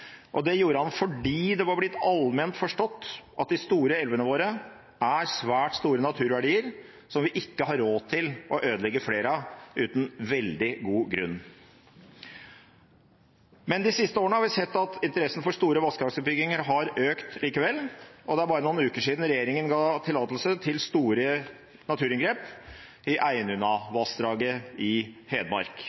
Det gjorde han fordi det var blitt allment forstått at de store elvene våre er svært store naturverdier, som vi ikke har råd til å ødelegge flere av uten veldig god grunn. Men de siste årene har vi sett at interessen for store vannkraftutbygginger har økt likevel. Det ar bare noen uker siden regjeringen ga tillatelse til store naturinngrep i Einunnavassdraget i Hedmark.